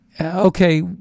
Okay